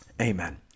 Amen